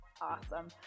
Awesome